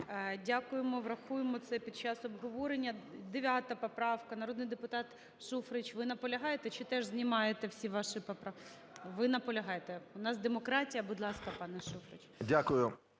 Дякуємо, врахуємо це під час обговорення. 9 поправка, народний депутат Шуфрич. Ви наполягаєте чи теж знімаєте всі ваші поправки? Ви наполягаєте? У нас демократія, будь ласка, пане Шуфрич.